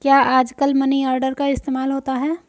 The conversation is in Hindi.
क्या आजकल मनी ऑर्डर का इस्तेमाल होता है?